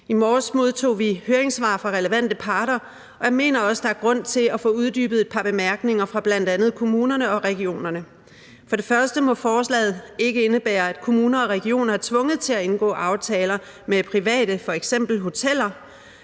I morges modtog vi høringssvar fra relevante parter, og jeg mener også, at der er grund til at få uddybet et par bemærkninger fra bl.a. kommunerne og regionerne. For det første må forslaget ikke indebære, at kommuner og regioner er tvunget til at indgå aftaler med private, f.eks. hoteller.